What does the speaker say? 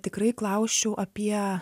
tikrai klausčiau apie